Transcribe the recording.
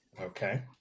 Okay